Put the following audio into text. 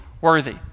worthy